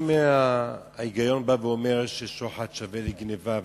אם ההיגיון בא ואומר ששוחד שווה לגנבה,